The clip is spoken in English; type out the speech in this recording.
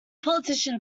politician